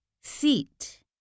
seat